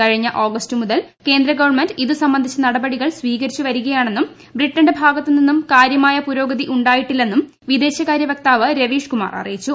കഴിഞ്ഞ ആഗസ്റ്റ് മുതൽ കേന്ദ്രഗവൺമെന്റ് ഇത് സംബന്ധിച്ച നടപടികൾ സ്വീകരിച്ചു വരികയാണെന്നും ബ്രിട്ടന്റെ ഭാഗത്ത് നിന്നും കാര്യമായ പുരോഗതി ഉണ്ടായിട്ടില്ലെന്നും വിദേശകാര്യ വക്താവ് രവീഷ്കുമാർ അറിയിച്ചു